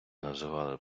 називали